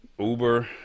Uber